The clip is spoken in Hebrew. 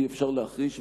אי-אפשר להחריש,